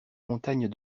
montagnes